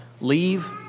Leave